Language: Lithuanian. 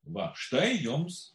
va štai jums